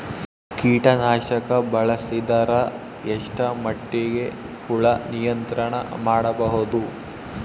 ಕೀಟನಾಶಕ ಬಳಸಿದರ ಎಷ್ಟ ಮಟ್ಟಿಗೆ ಹುಳ ನಿಯಂತ್ರಣ ಮಾಡಬಹುದು?